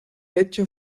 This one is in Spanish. hecho